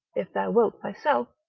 if thou wilt thyself,